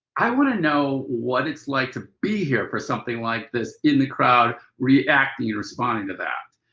i want to know what it's like to be here for something like this in the crowd reacting and responding to that.